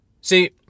See